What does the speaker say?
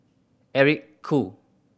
Eric Khoo